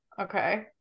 okay